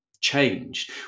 changed